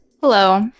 Hello